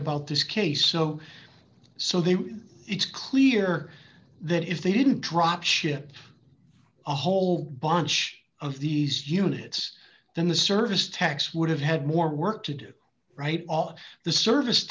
about this case so so that it's clear that if they didn't drop ship a whole bunch of these units then the service techs would have had more work to do right all the service